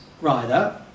rider